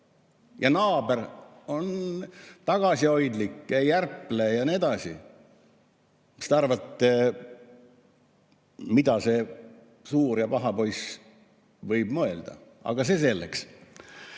ja naaber on tagasihoidlik, ei ärple ja nii edasi, mis te arvate, mida see suur ja paha poiss võib mõelda? Aga see selleks.